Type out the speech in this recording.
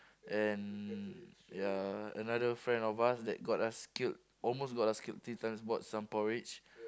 and ya another friend of us that got us killed almost got us killed three times bought some porridge